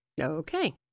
Okay